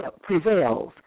prevails